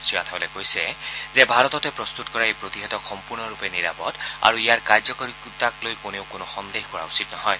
তেওঁ লগতে কৈছে যে ভাৰততে প্ৰস্তত কৰা এই প্ৰতিষেধক সম্পূৰ্ণৰূপে নিৰাপদ আৰু ইয়াৰ কাৰ্যকৰিতাকলৈ কোনেও কোনো সন্দেহ কৰা উচিত নহয়